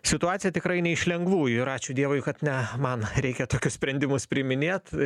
situacija tikrai ne iš lengvųjų ir ačiū dievui kad ne man reikia tokius sprendimus priiminėt